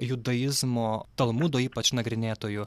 judaizmo talmudo ypač nagrinėtojų